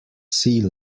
sea